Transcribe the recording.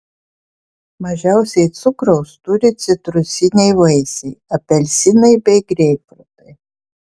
mažiausiai cukraus turi citrusiniai vaisiai apelsinai bei greipfrutai